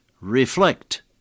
reflect